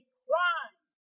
crime